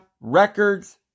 records